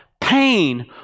pain